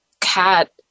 cat